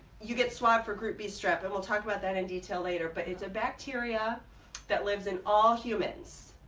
you get swabbed for group b strep and we'll talk about that in detail later, but it's a bacteria that lives in all humans.